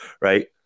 right